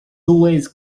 always